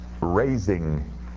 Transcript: raising